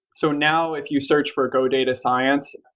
so now, if you search for go data science,